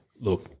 Look